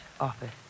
office